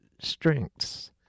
strengths